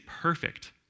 perfect